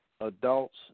adults